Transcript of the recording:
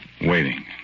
Waiting